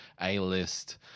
A-list